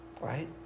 Right